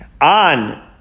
On